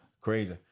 Crazy